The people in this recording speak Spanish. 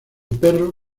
perro